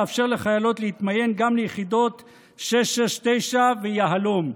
לאפשר לחיילות להתמיין גם ליחידות 669 ויהלו"ם.